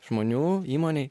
žmonių įmonėj